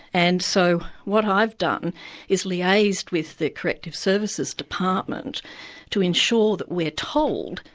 and so what i've done is liaised with the corrective services department to ensure that we're told,